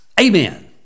Amen